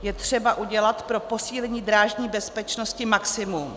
Je třeba udělat pro posílení drážní bezpečnosti maximum.